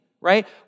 right